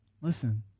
Listen